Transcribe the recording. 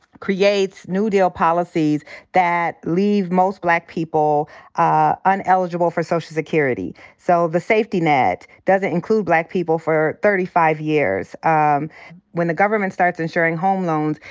creates new deal policies that leave most black people ah uneligible for social security. so the safety net doesn't include black people for thirty five years. um when the government starts insuring home loans,